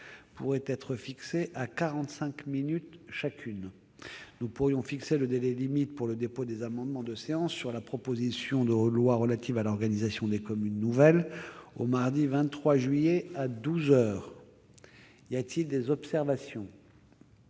pourrait être fixée à quarante-cinq minutes chacune. Nous pourrions fixer le délai limite pour le dépôt des amendements de séance sur la proposition de loi relative à l'organisation des communes nouvelles au mardi 23 juillet, à douze heures. Y a-t-il des observations ?